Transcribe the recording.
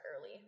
early